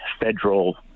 federal